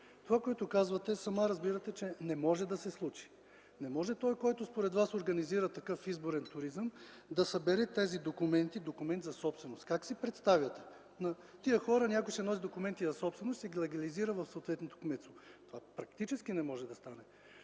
Това, което казвате, сама разбирате, че не може да се случи. Не може този, който според Вас организира такъв изборен туризъм, да събере тези документи – документ за собственост и т.н. Как си представяте? На тези хора някой ще носи документи за собственост и ги легализира в съответното кметство. Това практически не може да стане.